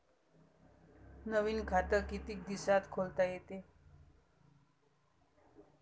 नवीन खात कितीक दिसात खोलता येते?